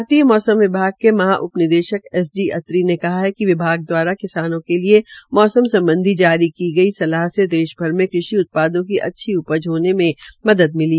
भारतीय मौसम विभाग के महा निदेशक एस डी अत्री ने कहा है कि विभाग दवारा किसानों के लिये मौसम सम्बधी जारी की गई सलाह से देश भर में कृषि उत्पादों की अच्दी उपज होने में मदद मिली